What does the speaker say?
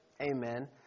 Amen